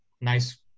nice